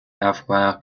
avoir